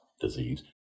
disease